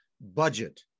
budget